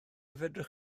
fedrwch